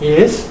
Yes